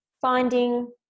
finding